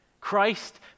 Christ